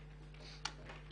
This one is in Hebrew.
אין בעיה.